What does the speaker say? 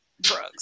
drugs